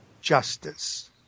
justice